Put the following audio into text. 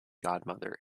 godmother